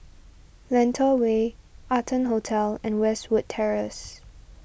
Lentor Way Arton Hotel and Westwood Terrace